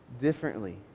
differently